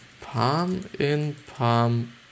Palm-in-palm